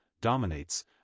dominates